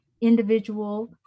individual